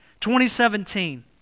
2017